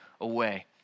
away